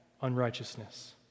unrighteousness